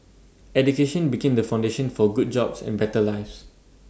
education became the foundation for good jobs and better lives